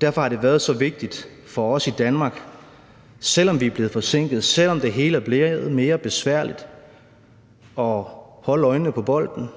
Derfor har det været så vigtigt for os i Danmark – selv om vi er blevet forsinket, selv om det hele er blevet mere besværligt – at holde øjnene på bolden,